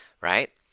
right